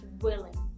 Willing